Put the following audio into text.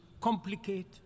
complicate